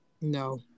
No